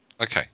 Okay